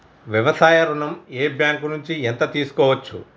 వ్యవసాయ ఋణం ఏ బ్యాంక్ నుంచి ఎంత తీసుకోవచ్చు?